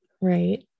right